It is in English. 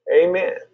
Amen